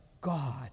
God